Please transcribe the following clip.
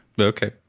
okay